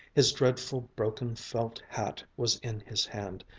his dreadful broken felt hat was in his hand,